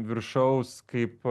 viršaus kaip